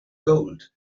gold